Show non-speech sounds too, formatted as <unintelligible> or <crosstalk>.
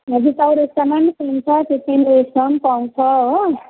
हजुर चौरस्तामा पनि पाउँछ <unintelligible> पाउँछ हो